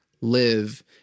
live